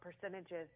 percentages